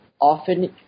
often